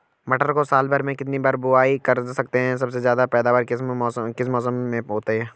मटर को साल भर में कितनी बार बुआई कर सकते हैं सबसे ज़्यादा पैदावार किस मौसम में होती है?